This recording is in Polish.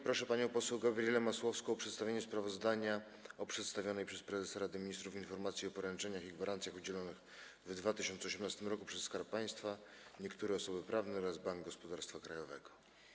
Proszę panią poseł Gabrielę Masłowską o przedstawienie sprawozdania o przedstawionej przez prezesa Rady Ministrów informacji o poręczeniach i gwarancjach udzielonych w 2018 r. przez Skarb Państwa, niektóre osoby prawne oraz Bank Gospodarstwa Krajowego.